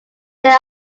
there